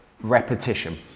repetition